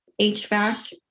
HVAC